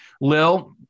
Lil